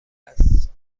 است